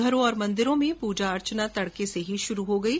घरों और मंदिरों में पजा अर्चना तडके से ही शुरू हो गयी